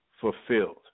fulfilled